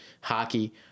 hockey